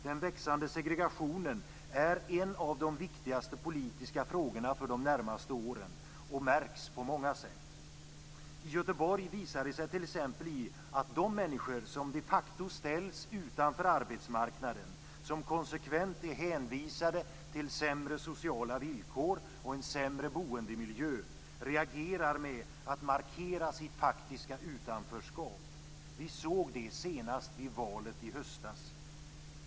Den växande segregationen är en av de viktigaste politiska frågorna för de närmaste åren och märks på många sätt. I Göteborg visar det sig t.ex. i att de människor som de facto ställs utanför arbetsmarknaden, som konsekvent är hänvisade till sämre sociala villkor och en sämre boendemiljö, reagerar med att markera sitt faktiska utanförskap. Vi såg det senast i valet i höstas.